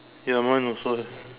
ya mine also have